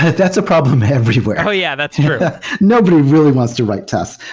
but that's a problem everywhere. oh, yeah. that's nobody really wants to write tests,